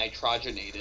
nitrogenated